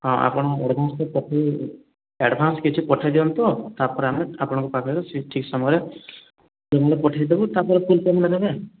ହଁ ଆପଣ ଆଡ଼୍ଭାନ୍ସଟା ପଠାଇ ଦିଅନ୍ତୁ ଆଡ଼୍ଭାନ୍ସ କିଛି ପଠାଇ ଦିଅନ୍ତୁ ଆଉ ତା'ପରେ ଆମେ ଆପଣଙ୍କ ପାଖରେ ସେ ଠିକ୍ ସମୟରେ ଫୁଲ ପଠାଇଦେବୁ ତା'ପରେ ଫୁଲ୍ ପେମେଣ୍ଟ୍ ଦେବେ